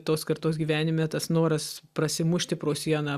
tos kartos gyvenime tas noras prasimušti pro sieną